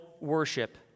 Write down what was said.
worship